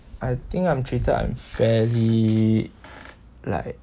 I think I'm treated unfairly like